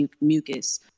mucus